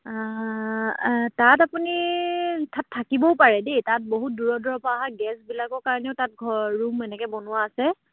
তাত আপুনি তাত থাকিবও পাৰে দেই তাত বহুত দূৰৰ দূৰৰ পৰা অহা গেষ্টবিলাকৰ কাৰণেও তাত ৰুম এনেকে বনোৱা আছে